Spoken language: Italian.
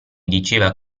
diceva